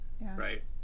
right